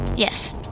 Yes